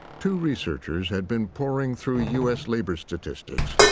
two researchers had been poring through u s. labor statistics,